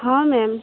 ହଁ ମ୍ୟାମ୍